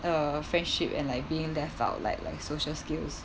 uh friendship and like being left out like like social skills